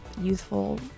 youthful